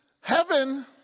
heaven